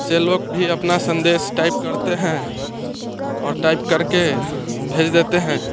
से लोग भी अपना संदेश टाइप करते हैं और टाइप करके भेज देते हैं